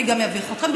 אני גם אביך אתכם,